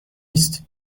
است